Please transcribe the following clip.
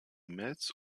mails